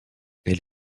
elle